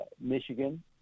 Michigan